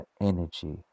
energy